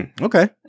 Okay